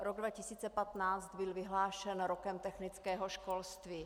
Rok 2015 byl vyhlášen Rokem technického školství.